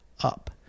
up